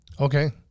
Okay